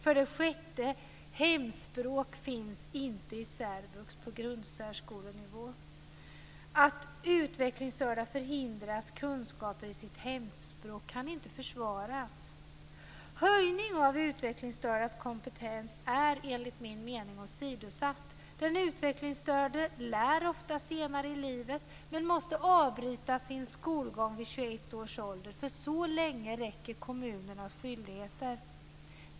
För det sjätte finns inte hemspråk i särvux på grundsärskolenivå. Att utvecklingsstörda förhindras att få kunskaper i sitt hemspråk kan inte försvaras. En höjning av de utvecklingsstördas kompetens är enligt min mening åsidosatt. Den utvecklingsstörda lär ofta senare i livet, men måste avbryta sin skolgång vid 21 års ålder. Så länge räcker kommunernas skyldigheter.